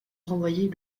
renvoyer